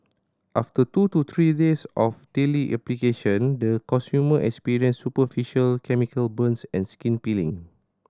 after two to three days of daily application the consumer experienced superficial chemical burns and skin peeling